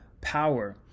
power